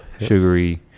sugary